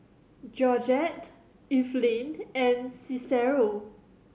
Georgette Eveline and Cicero